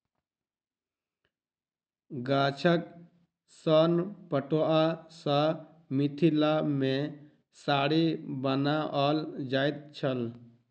गाछक सोन पटुआ सॅ मिथिला मे साड़ी बनाओल जाइत छल